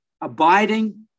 abiding